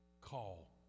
call